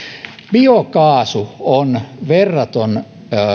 biokaasu on verraton